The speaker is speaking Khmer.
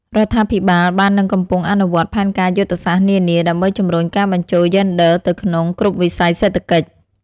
រដ្ឋាភិបាលបាននិងកំពុងអនុវត្តផែនការយុទ្ធសាស្ត្រនានា ដើម្បីជំរុញការបញ្ចូលយេនឌ័រទៅក្នុងគ្រប់វិស័យសេដ្ឋកិច្ច។